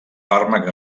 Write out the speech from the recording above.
fàrmacs